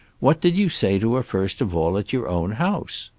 what did you say to her first of all, at your own house?